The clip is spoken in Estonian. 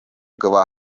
kõva